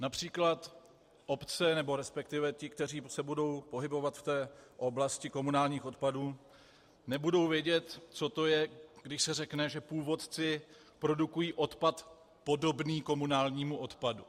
Například obce, nebo resp. ti, kteří se budou pohybovat v oblasti komunálních odpadů, nebudou vědět, co to je, když se řekne, že původci produkují odpad podobný komunálnímu odpadu.